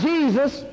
Jesus